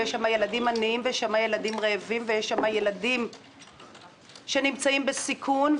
יש שם ילדים עניים וילדים רעבים וילדים שנמצאים בסיכון,